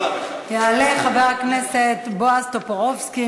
יעלה חבר הכנסת בועז טופורובסקי.